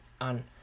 on